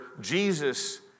Jesus